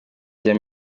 rya